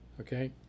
Okay